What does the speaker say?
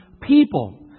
people